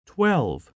Twelve